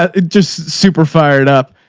ah just super fired up.